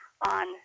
on